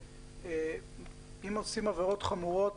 אם עושים עבירות חמורות